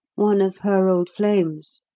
one of her old flames,